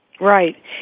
Right